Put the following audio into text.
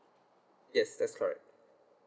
yes that's correct